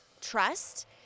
trust